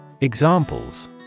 Examples